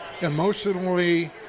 Emotionally